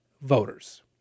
voters